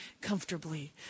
comfortably